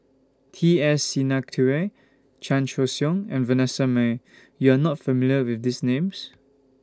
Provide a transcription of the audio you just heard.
T S Sinnathuray Chan Choy Siong and Vanessa Mae YOU Are not familiar with These Names